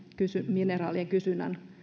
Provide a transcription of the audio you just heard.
mineraalien kysynnän